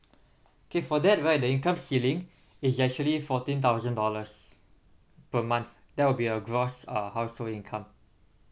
okay for that right the incomes ceiling is actually fourteen thousand dollars per month that will be a gross uh household income